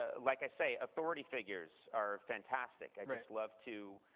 ah like i say, authority figures are fantastic. i just love to